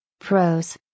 Pros